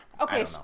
Okay